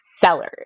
sellers